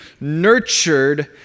nurtured